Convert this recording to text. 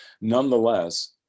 Nonetheless